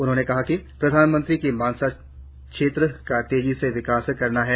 उन्होंने कहा कि प्रधानमंत्री की मंशा क्षेत्र का तेजी से विकास करना है